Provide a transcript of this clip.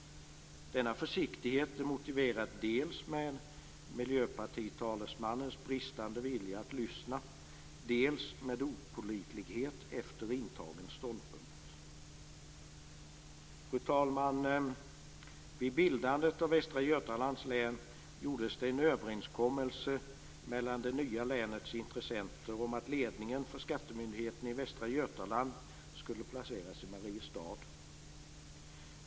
En sådan försiktighet kan motiveras dels av miljöpartitalesmannens bristande vilja att lyssna, dels av visad opålitlighet efter intagen ståndpunkt. Fru talman! Vid bildandet av Västra Götalands län träffades en överenskommelse mellan det nya länets intressenter om att ledningen för skattemyndigheten i Västra Götaland skulle placeras i Mariestad.